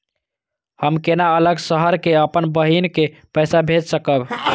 हम केना अलग शहर से अपन बहिन के पैसा भेज सकब?